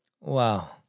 Wow